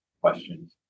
questions